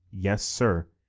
yes, sir,